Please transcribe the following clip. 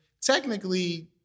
technically